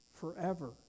forever